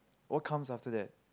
what comes after that